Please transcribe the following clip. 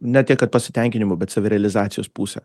ne tiek kad pasitenkinimu bet savirealizacijos puse